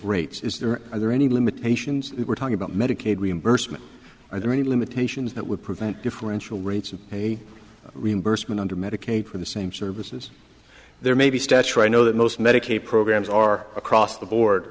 rates is there under any limitations we're talking about medicaid reimbursement are there any limitations that would prevent differential rates and he remembers when under medicaid for the same services there may be statute i know that most medicaid programs are across the board